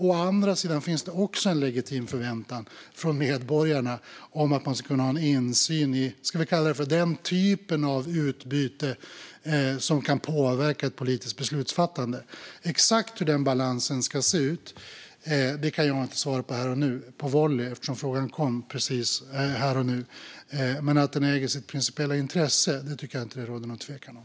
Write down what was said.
Å andra sidan finns det en legitim förväntan från medborgarna på att kunna ha en insyn i den typen av utbyte, om vi kan kalla det så, som kan påverka politiskt beslutsfattande. Exakt hur den balansen ska se ut kan jag inte besvara på volley - frågan kom precis här och nu - men att den äger sitt principiella intresse tycker jag inte att det råder någon tvekan om.